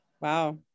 wow